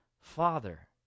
father